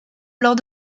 lors